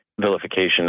vilification